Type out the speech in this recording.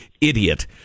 idiot